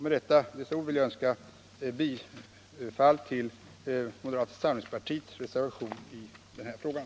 Med dessa ord vill jag yrka bifall till moderata samlingspartiets reservation i den här frågan.